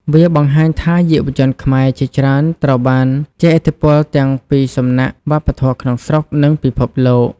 វាបង្ហាញថាយុវជនខ្មែរជាច្រើនត្រូវបានជះឥទ្ធិពលទាំងពីសំណាក់វប្បធម៌ក្នុងស្រុក និងពិភពលោក។